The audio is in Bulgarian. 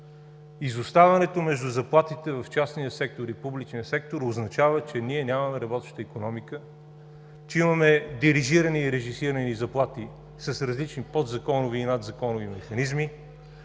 Изоставането между заплатите в частния и в публичния сектор означава, че ние нямаме работеща икономика, че имаме дирижирани и режисирани заплати с различни подзаконови, надзаконови механизми